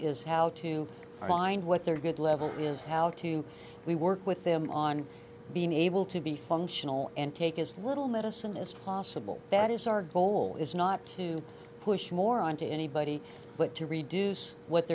how to find what their good level is how to we work with them on being able to be functional and take as little medicine as possible that is our goal is not to push more on to anybody but to reduce what